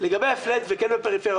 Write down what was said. לגבי הפלאט זה כן לפריפריה,